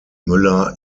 müller